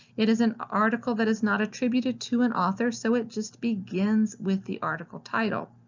it is an article that is not attributed to an author, so it just begins with the article title.